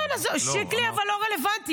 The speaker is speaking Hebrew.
כן, אבל שיקלי לא רלוונטי.